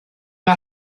mae